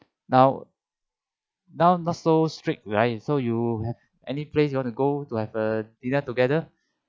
now now not so strict right so you have any place you want to go to have a dinner together